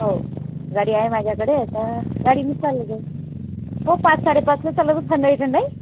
हो गाडी आहे माझ्याकडे तर गाडीनेच चालले जाऊ हो पाच साडेपाचलाच चाललो थंडाई थंडाई